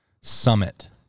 summit